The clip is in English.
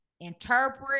interpret